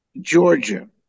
Georgia